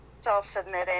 self-submitting